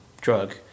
drug